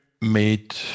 made